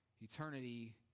Eternity